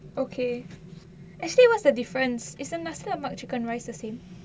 okay actually what's the difference isn't nasi lemak chicken rice the same